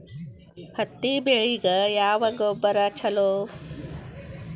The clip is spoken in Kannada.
ಹತ್ತಿ ಬೆಳಿಗ ಯಾವ ಗೊಬ್ಬರ ಛಲೋ?